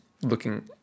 looking